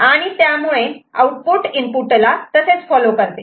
आणि त्यामुळे आउटपुट इनपुटला तसेच फॉलो करते